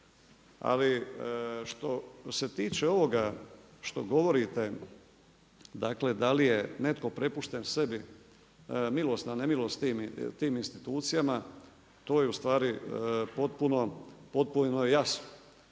Ali što se tiče ovoga što govorite, dakle da li je netko prepušten sebi na milost i nemilost tim institucijama to je u stvari potpuno jasno.